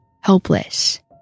helpless